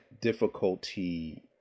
difficulty